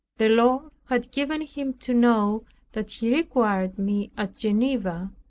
the lord had given him to know that he required me at geneva,